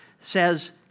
says